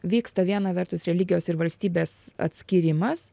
vyksta viena vertus religijos ir valstybės atskyrimas